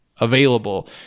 available